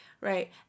right